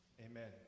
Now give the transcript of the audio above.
Amen